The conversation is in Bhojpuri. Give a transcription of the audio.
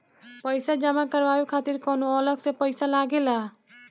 पईसा जमा करवाये खातिर कौनो अलग से पईसा लगेला?